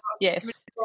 yes